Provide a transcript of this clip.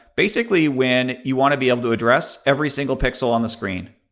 basically, when you want to be able to address every single pixel on the screen.